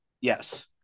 Yes